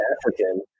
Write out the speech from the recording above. African